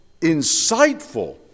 insightful